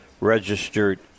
registered